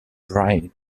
dry